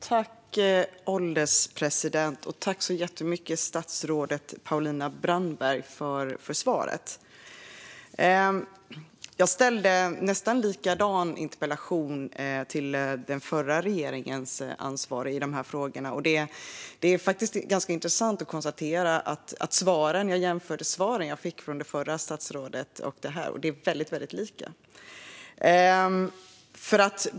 Herr ålderspresident! Tack så jättemycket för svaret, statsrådet Paulina Brandberg! Jag ställde en nästan likadan interpellation till den förra regeringens statsråd med ansvar för de här frågorna, och det är ganska intressant att svaren vid en jämförelse är väldigt lika.